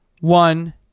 one